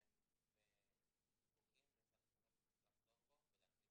אנחנו קוראים למשרד החינוך לחזור בו ולהכניס